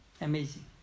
Amazing